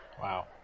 Wow